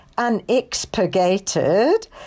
unexpurgated